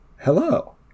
Hello